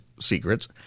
secrets